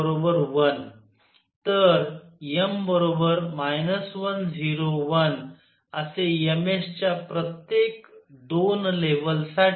तर m 1 0 1 असे m s च्या प्रत्येक 2 लेव्हल्ससाठी